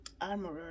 armorer